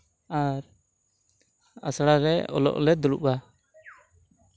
ᱟᱨ ᱟᱥᱲᱟ ᱨᱮ ᱚᱞᱚᱜ ᱞᱮ ᱫᱩᱲᱩᱵᱼᱟ